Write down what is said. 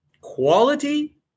quality